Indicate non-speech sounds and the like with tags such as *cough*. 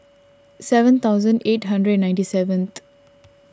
seven thousand eight hundred and ninety seven *noise*